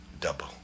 double